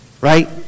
Right